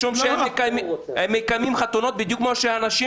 משום שהם מקיימים חתונות בדיוק כמו שאנשים